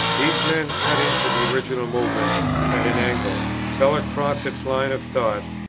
these men cut into the original movement at an angle, fell across its line of thought,